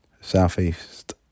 Southeast